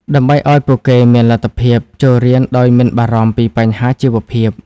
ដើម្បីឱ្យពួកគេមានលទ្ធភាពចូលរៀនដោយមិនបារម្ភពីបញ្ហាជីវភាព។